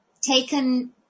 taken